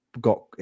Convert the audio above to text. got